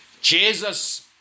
Jesus